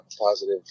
positive